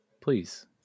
please